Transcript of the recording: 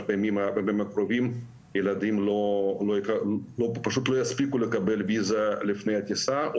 בימים הקרובים ילדים לא יספיקו לקבל ויזה לפני הטיסה,